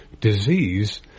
disease